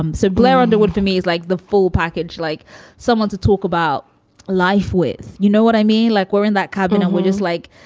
um so blair underwood for me is like the full package, like someone to talk about life with. you know what i mean? like we're in that cabinet. we're just like,